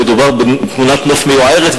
מדובר בתמונת נוף מיוערת,